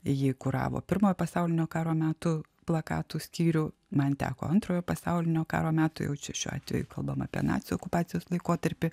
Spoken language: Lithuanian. ji kuravo pirmojo pasaulinio karo metų plakatų skyrių man teko antrojo pasaulinio karo metų jau čia šiuo atveju kalbam apie nacių okupacijos laikotarpį